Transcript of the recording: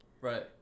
Right